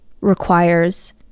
requires